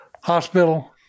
Hospital